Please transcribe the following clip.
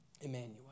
Emmanuel